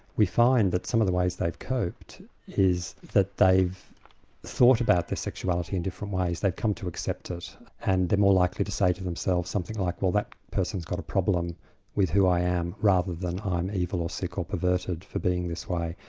we find that some of the ways they've coped is that they've thought about their sexuality in different ways, they've come to accept it and they're more likely to say to themselves something like, well that person's got a problem with who i am, rather than i'm evil or sick or perverted for being this way.